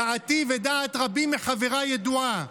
דעתי ודעת רבים מחבריי ידועה: